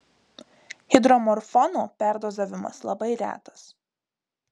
hidromorfono perdozavimas labai retas